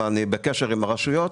ואני בקשר עם הרשויות,